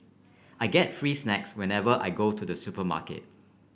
I get free snacks whenever I go to the supermarket